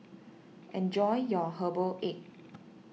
enjoy your Herbal Egg